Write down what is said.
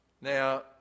Now